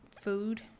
food